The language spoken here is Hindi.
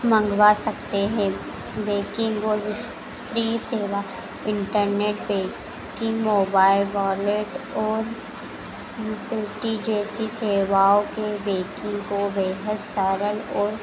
मँगवा सकते हें बेकिंग और विस्त्रीय सेवा इंटरनेट बेकिंग मोबाइल वॉलेट और पेटी जैसी सेवाओं के बेकिंग को बेहद सरल ओर